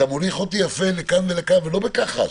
אתה מוליך אותי יפה לכאן ולכאן ולא בכחש,